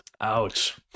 Ouch